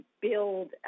build